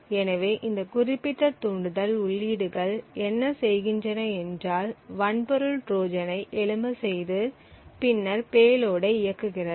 எனவே இந்த குறிப்பிட்ட தூண்டுதல் உள்ளீடுகள் என்ன செய்கின்றன என்றால் வன்பொருள் ட்ரோஜன் ஐ எழும்ப செய்து பின்னர் பேலோடை இயக்குகிறது